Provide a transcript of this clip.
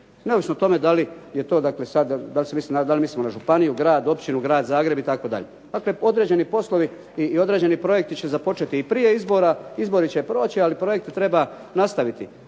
Neovisno o tome je to dakle, sada, da li mislimo na županiju, grad, općinu, grad Zagreb itd.. Dakle, određeni poslovi i određeni projekti će započeti i prije izbora, izbori će proći ali projekte treba nastaviti.